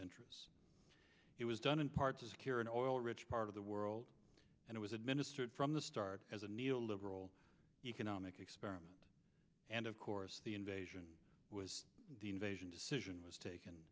interests it was done in part to secure an oil rich part of the world and it was administered from the start as a neo liberal economic experiment and of course the invasion was the invasion decision was taken